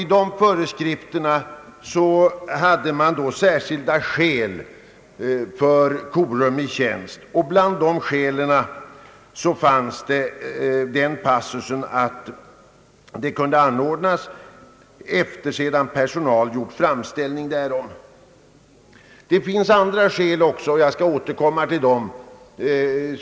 I dessa föreskrifter angavs särskilda skäl för korum i tjänst, och det fanns en passus om att korum kunde anordnas efter det att personal gjort framställning därom. Det angavs också andra skäl, som jag skall återkomma till.